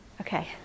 Okay